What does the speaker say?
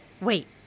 Wait